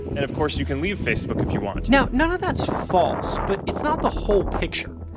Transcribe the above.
and of course you can leave facebook if you want. now, none of that's false, but it's not the whole picture.